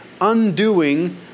undoing